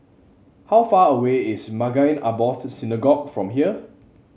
how far away is Maghain Aboth Synagogue from here